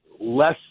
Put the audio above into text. less